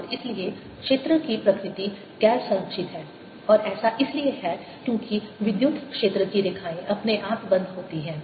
और इसलिए क्षेत्र की प्रकृति गैर संरक्षित है और ऐसा इसलिए है क्योंकि विद्युत क्षेत्र की रेखाएं अपने आप बंद होती हैं